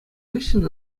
хыҫҫӑн